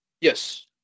Yes